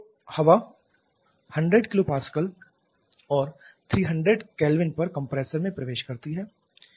तो हवा 100 kP और 300 K पर कंप्रेसर में प्रवेश करती है